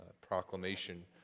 proclamation